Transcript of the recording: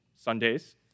Sundays